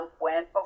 went